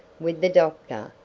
with the doctor,